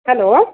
hello